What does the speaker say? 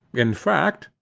in fact,